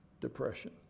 depression